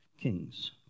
Kings